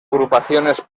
agrupaciones